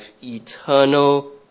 eternal